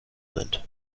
sind